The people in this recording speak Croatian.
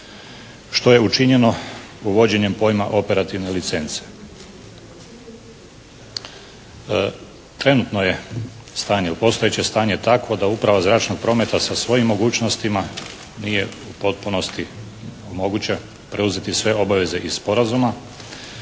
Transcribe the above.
što je učinjeno uvođenjem pojma operativne licence. Trenutno je postojeće stanje takvo da uprava zračnog prometa sa svojim mogućnostima nije u potpunosti moguće preuzeti sve obaveze iz sporazuma